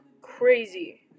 Crazy